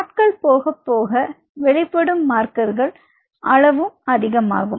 நாட்கள் போகப் போக வெளிப்படும் மார்க்கர்ன் அளவும் அதிகமாகும்